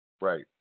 Right